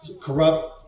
Corrupt